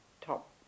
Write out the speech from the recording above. top